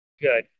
good